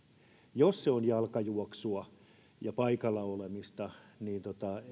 jos se on jalkajuoksua ja paikalla olemista niin